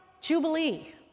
jubilee